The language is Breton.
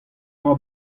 dra